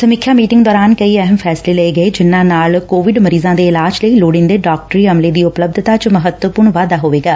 ਸਮੀਖਿਆ ਮੀਟਿੰਗ ਦੌਰਾਨ ਕਈ ਅਹਿਮ ਫੈਸਲੇ ਲਏ ਗਏ ਜਿਨੁਾਂ ਨਾਲ ਕੋਵਿਡ ਮਰੀਜੁਾਂ ਦੇ ਇਲਾਜ ਲਈ ਲੋਤੀਂਦੇ ਡਾਕਟਰੀ ਅਮਲੇ ਦੀ ਉਪਲਬੱਧਤਾ ਚ ਮਹੱਤਵਪੁਰਨ ਵਾਧਾ ਹੋਵੇਗਾ